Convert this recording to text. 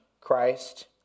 Christ